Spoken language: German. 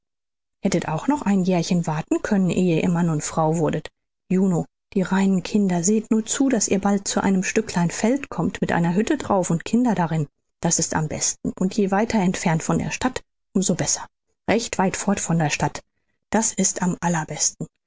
hättet auch noch ein jährchen warten können ehe ihr mann und frau wurdet juno die reinen kinder seht nur zu daß ihr bald zu einem stücklein feld kommt mit einer hütte darauf und kindern darin das ist am besten und je weiter entfernt von der stadt um so besser recht weit fort von der stadt das ist am allerbesten